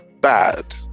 bad